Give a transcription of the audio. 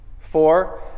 four